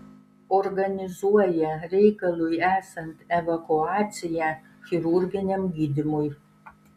organizuoja reikalui esant evakuaciją chirurginiam gydymui